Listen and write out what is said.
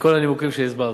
מכל הנימוקים שהסברתי.